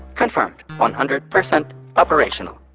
confirmed one hundred percent operational.